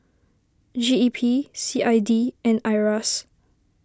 G E P C I D and Iras